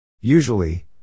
Usually